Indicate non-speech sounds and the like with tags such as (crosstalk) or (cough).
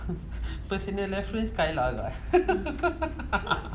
(laughs) personal reference skylar ke (laughs)